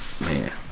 man